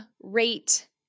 rate